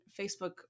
Facebook